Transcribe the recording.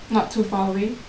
not so far away